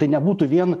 tai nebūtų vien